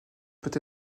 peut